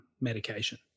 medication